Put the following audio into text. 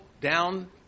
down